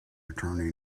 attorney